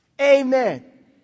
Amen